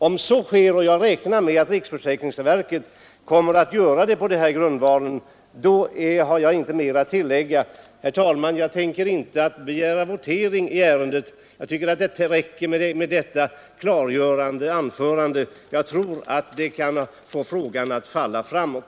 Om så sker — och jag räknar med att riksförsäkringsverket kommer att ge klartecken på denna grundval — har jag ingenting mer att tillägga. Herr talman! Jag tänker inte begära votering i ärendet. Jag tycker att det räcker med detta klargörande anförande. Det kan få frågan att falla framåt.